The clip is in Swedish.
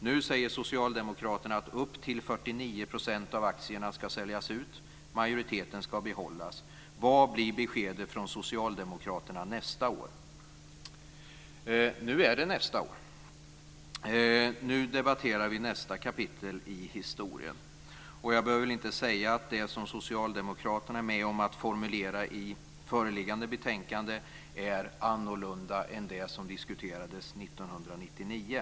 Nu säger socialdemokraterna att upp till 49 % av aktierna ska säljas ut. Majoriteten ska behållas. Vad blir beskedet från socialdemokraterna nästa år?" Nu är det nästa år. Nu debatterar vi nästa kapitel i historien. Jag behöver väl inte säga att det som socialdemokraterna är med om att formulera i föreliggande betänkande är annorlunda än det som diskuterades 1999.